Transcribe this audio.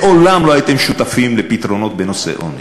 מעולם לא הייתם שותפים לפתרונות בנושא עוני,